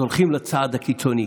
אז הולכים לצעד הקיצוני,